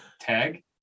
tag